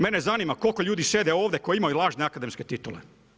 Mene zanima koliko ljudi sjede ovdje koji imaju lažne akademske titule?